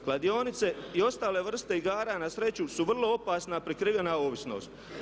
Kladionice i ostale vrste igara na sreću su vrlo opasna prekrivena ovisnost.